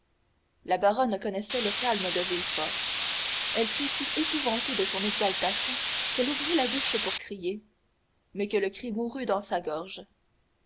la baronne connaissait le calme de villefort elle fut si épouvantée de son exaltation qu'elle ouvrit la bouche pour crier mais que le cri mourut dans sa gorge